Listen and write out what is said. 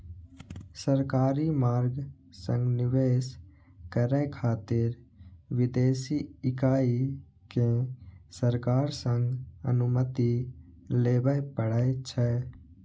सरकारी मार्ग सं निवेश करै खातिर विदेशी इकाई कें सरकार सं अनुमति लेबय पड़ै छै